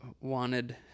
wanted